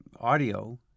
audio